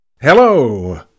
Hello